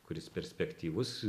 kuris perspektyvus